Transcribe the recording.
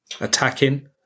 attacking